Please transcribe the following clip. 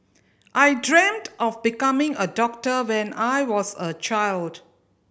I dreamt of becoming a doctor when I was a child